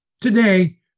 Today